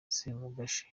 semugeshi